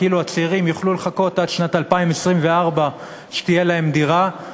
כאילו הצעירים יוכלו לחכות עד שנת 2024 שתהיה להם דירה.